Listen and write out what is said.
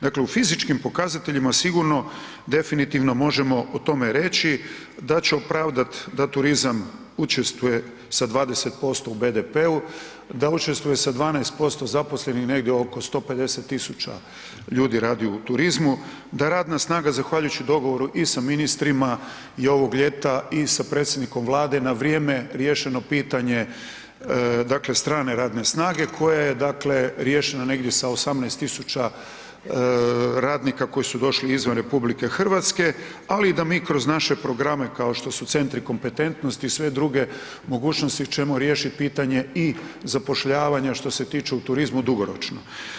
Dakle u fizičkim pokazateljima sigurno definitivno možemo o tome reći da će opravdati da turizam učestvuje sa 20% u BDP-u, da učestvuje sa 12% zaposlenih negdje oko 150 tisuća ljudi radi u turizmu, da radna snaga zahvaljujući dogovoru i sa ministrima ovog ljeta i sa predsjednikom Vlade na vrijeme riješeno pitanje strane radne snage, koje je riješeno negdje sa 18 tisuća radnika koji su došli izvan RH, ali i da mi kroz naše programe kao što su centri kompetentnosti sve druge mogućnosti ćemo riješiti pitanje i zapošljavanja što se tiče u turizmu dugoročno.